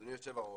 אדוני היושב ראש,